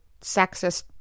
sexist